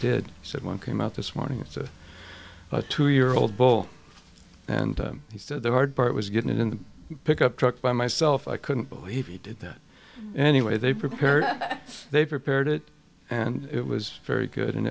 said one came out this morning it's a two year old bull and he said the hard part was getting in the pickup truck by myself i couldn't believe he did that anyway they prepared they prepared it and it was very good and